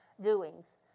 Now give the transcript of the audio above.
doings